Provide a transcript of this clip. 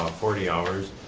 forty hours,